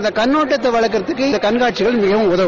அந்த கண்ணோட்டத்த வளர்க்கிறதுக்கு இதுபோன்ற கண்காட்சிகள் மிகவும் உதவும்